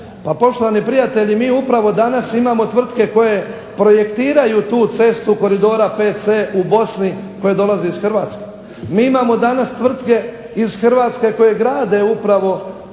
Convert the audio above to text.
poštovani prijatelji mi upravo danas imamo tvrtke koje projektiraju tu cestu koridora VC u Bosni koje dolaze iz Hrvatske, mi imamo danas tvrtke iz Hrvatske koje grade upravo